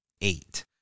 eight